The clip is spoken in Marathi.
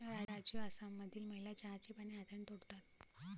राजू आसाममधील महिला चहाची पाने हाताने तोडतात